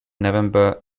november